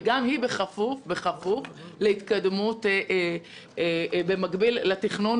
וגם היא בכפוף להתקדמות במקביל לתכנון